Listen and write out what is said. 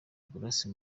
grace